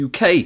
UK